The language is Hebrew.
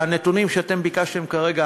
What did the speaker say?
הנתונים שאתם ביקשתם כרגע,